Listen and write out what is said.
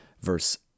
verse